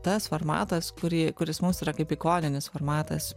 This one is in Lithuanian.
tas formatas kurį kuris mums yra kaip ikoninis formatas